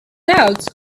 doubts